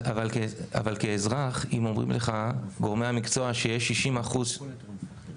אבל כאזרח אם גורמי המקצוע אומרים לך שיש 60% אנשים